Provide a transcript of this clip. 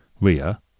Ria